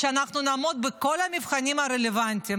שאנחנו נעמוד בכל המבחנים הרלוונטיים.